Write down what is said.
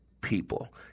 people